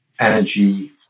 energy